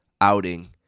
outing